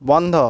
বন্ধ